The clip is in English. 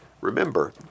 Remember